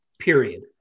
period